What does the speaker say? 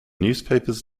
newspapers